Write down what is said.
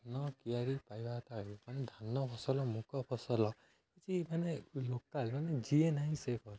ଧାନ କିଆରି ପାଇବା ମାନେ ଧାନ ଫସଲ ମୁକ ଫସଲ କିଛି ମାନେ ଲୋକାଲ୍ ମାନେ ଯିଏ ନାହିଁ ସେ